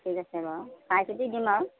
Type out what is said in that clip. ঠিক আছে বাৰু চাই চিতি দিম আৰু